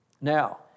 Now